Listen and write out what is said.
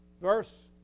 Verse